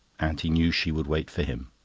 and he knew she would wait for him.